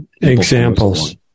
Examples